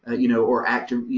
ah you know, or active, you